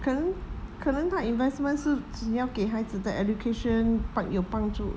可能可能他 investment 是只要给孩子的 education part 有帮助